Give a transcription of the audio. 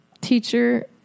teacher